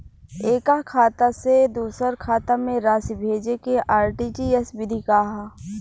एकह खाता से दूसर खाता में राशि भेजेके आर.टी.जी.एस विधि का ह?